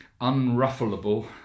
unruffleable